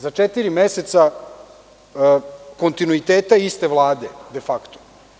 Za četiri meseca kontinuiteta iste Vlade, de fakto.